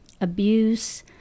abuse